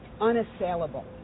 unassailable